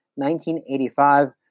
1985